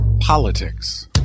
Politics